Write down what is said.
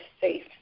safe